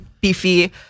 beefy